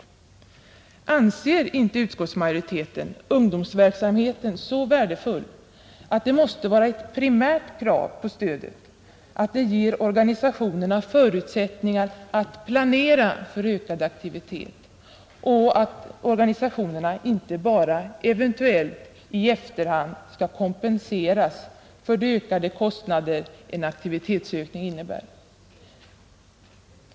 Anser inte utskottsmajoriteten ungdomsverksamheten så värdefull att det måste vara ett primärt krav på stödet att det ger organisationerna förutsättningar att planera för ökad aktivitet och att organisationerna inte bara eventuellt i efterhand skall kompenseras för de ökade kostnader en aktivitetsökning innebär?